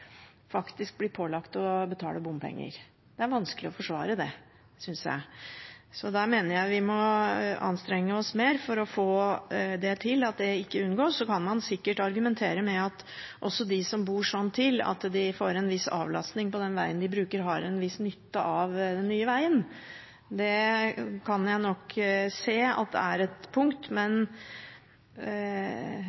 blir pålagt å betale bompenger. Det er vanskelig å forsvare det, synes jeg. Her mener jeg vi må anstrenge oss mer for å unngå det. Man kan sikkert argumentere med at også de som bor sånn til at de får en avlastning på vegen de bruker, har en viss nytte av den nye vegen. Det kan jeg nok se at er et poeng, men